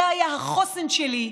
זה היה החוסן שלי,